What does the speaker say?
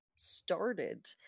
started